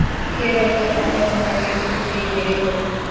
केरल, कर्नाटक में नारियल के खेती ढेरे होला